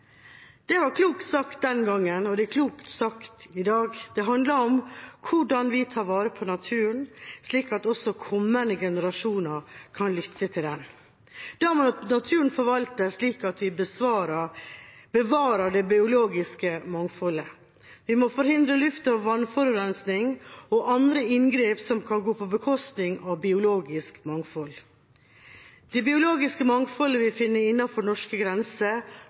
Det var klokt sagt den gangen, og det er klokt sagt i dag. Det handler om hvordan vi tar vare på naturen, slik at også kommende generasjoner kan nyte den. Da må naturen forvaltes slik at vi bevarer det biologiske mangfoldet. Vi må forhindre luft- og vannforurensning og andre inngrep som kan gå på bekostning av biologisk mangfold. Det biologiske mangfoldet vi finner innenfor norske grenser,